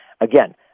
Again